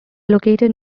located